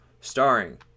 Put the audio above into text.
starring